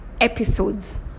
episodes